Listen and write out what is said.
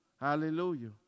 Hallelujah